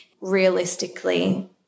realistically